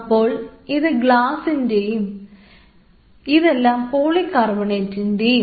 അപ്പോൾ ഇത് ഗ്ലാസിൻറെയും ഇതെല്ലാം പോളികാർബണേറ്റിൻറെയും